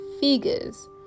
figures